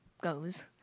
goes